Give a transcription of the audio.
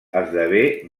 esdevé